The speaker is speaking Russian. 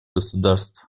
государств